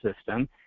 system